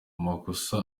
amakosa